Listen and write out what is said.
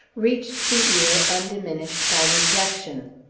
reached the ear undiminished by reflection.